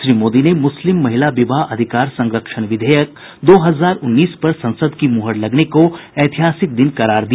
श्री मोदी ने मुस्लिम महिला विवाह अधिकार संरक्षण विधेयक दो हजार उन्नीस पर संसद की मुहर लगने को ऐतिहासिक दिन करार दिया